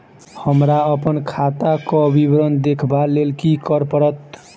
हमरा अप्पन खाताक विवरण देखबा लेल की करऽ पड़त?